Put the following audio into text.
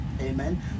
Amen